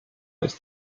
ist